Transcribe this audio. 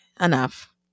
enough